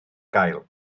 gael